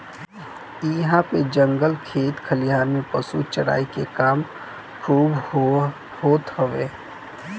इहां पे जंगल खेत खलिहान में पशु चराई के काम खूब होत हवे